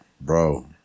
Bro